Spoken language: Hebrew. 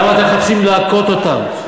למה אתם מחפשים להכות אותם?